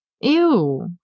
Ew